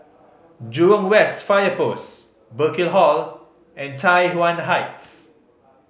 Jurong West Fire Post Burkill Hall and Tai Yuan Heights